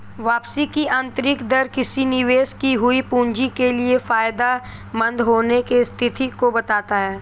वापसी की आंतरिक दर किसी निवेश की हुई पूंजी के फायदेमंद होने की स्थिति को बताता है